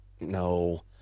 No